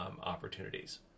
opportunities